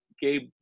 Gabe